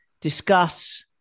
discuss